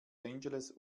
angeles